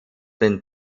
den